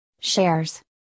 shares